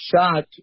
shot